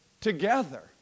together